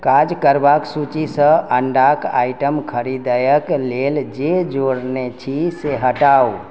काज करबाक सूचीसँ अंडाके आइटम खरीदएके लेल जे जोड़ने छी से हटाउ